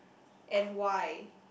and why